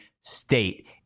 State